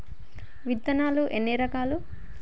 విత్తనాలు ఎన్ని రకాలు?